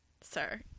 sir